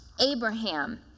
Abraham